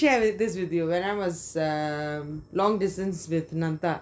I should check this with you when I was um long distance with nanda